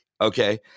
okay